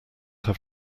have